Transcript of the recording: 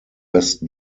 west